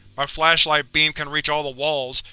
my flashlight beam can reach all the walls,